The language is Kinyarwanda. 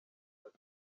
ati